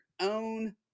own